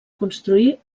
construir